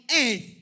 earth